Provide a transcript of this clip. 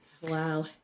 Wow